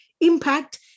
impact